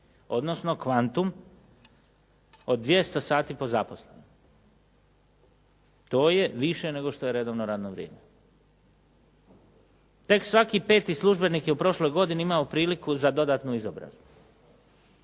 odnosno kvantum od 200 sati po zaposlenom. To je više nego što je redovno radno vrijeme. Tek svaki peti službenik je u prošloj godini imao priliku za dodatnu izobrazbu.